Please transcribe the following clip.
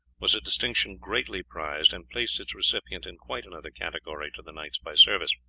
was a distinction greatly prized, and placed its recipient in quite another category to the knights by service.